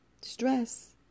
stress